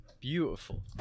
beautiful